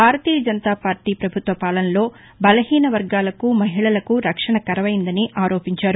భారతీయ జనతాపార్టీ పభుత్వ పాలనలో బలహీన వర్గాలకు మహిళలకు రక్షణ కరవైందని ఆరోపించారు